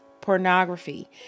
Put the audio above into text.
pornography